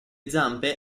zampe